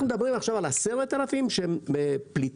אנחנו מדברים עכשיו על 10,000 שהם פליטים,